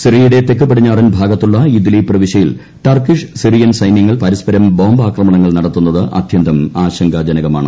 സിറിയയുടെ തെക്ക് പടിഞ്ഞാറൻ ഭാഗത്തുള്ള ഇദലിബ് പ്രവിശ്യയിൽ ടർക്കിഷ് സിറിയൻ സൈന്യങ്ങൾ പരസ്പരം ബോംബാക്രമണങ്ങൾ നടത്തുന്നത് അത്യന്തം ആശങ്കാജനകമാണ്